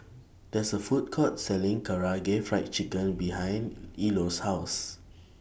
There IS A Food Court Selling Karaage Fried Chicken behind Ilo's House